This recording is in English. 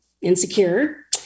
insecure